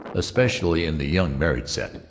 especially in the young married set,